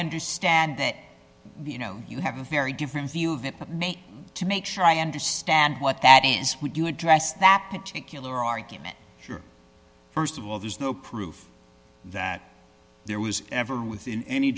understand that you know you have a very different view of it but make to make sure i understand what that is would you address that particular argument sure st of all there's no proof that there was ever within any